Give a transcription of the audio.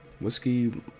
whiskey